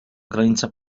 granica